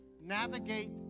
navigate